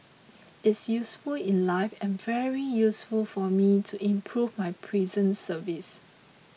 it's useful in life and very useful for me to improve my prison service